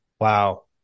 Wow